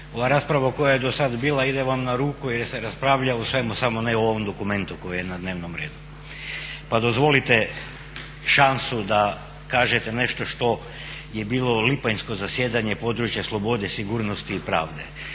ova rasprava koja je do sada bila ide vam na ruku jer se raspravlja o svemu samo ne o ovom dokumentu koji je na dnevnom redu. Pa dozvolite šansu da kažete nešto što je bilo lipanjsko zasjedanje područja slobode, sigurnosti i pravde.